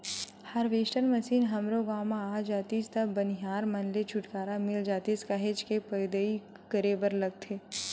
harvester machine हमरो गाँव म आ जातिस त बनिहार मन ले छुटकारा मिल जातिस काहेच के पदई करे बर लगथे